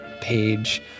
page